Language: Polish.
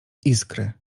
iskry